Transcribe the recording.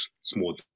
small